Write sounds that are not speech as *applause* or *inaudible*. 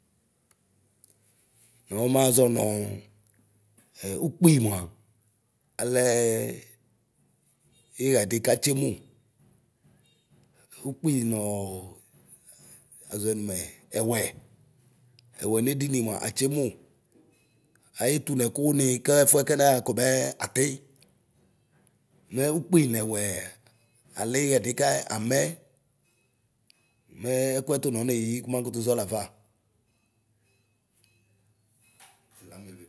Nɔɔ mazɔ nuu hŋ ukpi mua alɛɛ yɛdɩ katsemu. Ukpi nɔɔ azɔɛ numɛ ɛwɛ. Ɛwɛ ηedini mua atsemu; aetu nɛkuni kɛɛfuɛ kɛnaɣa komɛɛ ati. Mɛ ukpi nɛwɛɛ aliyɛdi kɛ amɛ. Mɛɛ ɛkʋɛ tu nɔneyi kumakutu ʒɔɛ lafa. *noise*